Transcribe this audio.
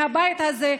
מהבית הזה,